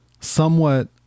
somewhat